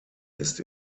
ist